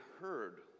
heard